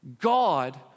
God